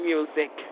Music